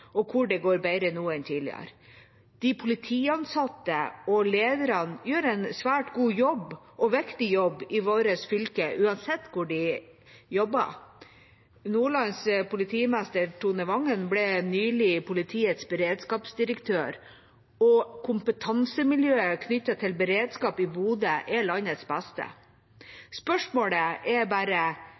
og hvor det går bedre nå enn tidligere. De politiansatte og lederne gjør en svært god og viktig jobb i vårt fylke, uansett hvor de jobber. Nordlands politimester, Tone Vangen, ble nylig politiets beredskapsdirektør, og kompetansemiljøet knyttet til beredskap i Bodø er landets beste. Spørsmålet er bare